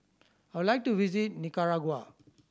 I would like to visit Nicaragua